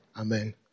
Amen